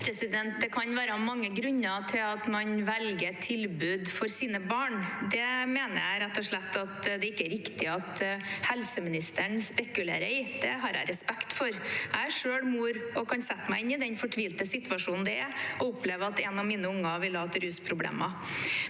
Det kan være mange grunner til at man velger tilbud for sine barn. Det mener jeg rett og slett det ikke er riktig at helseministeren spekulerer i – det har jeg respekt for. Jeg er selv mor og kan sette meg inn i den fortvilte situasjonen det ville være å oppleve at en av mine unger hadde rusproblemer.